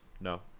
No